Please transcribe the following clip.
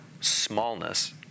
smallness